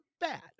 bad